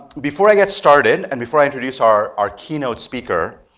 before i get started and before i introduce our our keynote speaker,